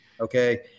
Okay